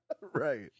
Right